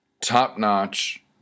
top-notch